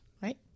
right